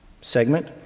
segment